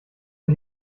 mir